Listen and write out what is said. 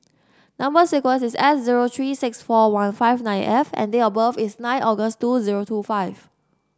number sequence is S zero three six four one five nine F and date of birth is nine August two zero two five